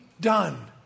done